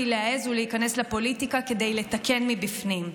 להעז ולהיכנס לפוליטיקה כדי לתקן מבפנים.